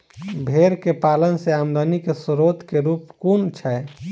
भेंर केँ पालन सँ आमदनी केँ स्रोत केँ रूप कुन छैय?